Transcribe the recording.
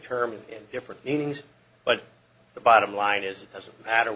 term in different meanings but the bottom line is it doesn't matter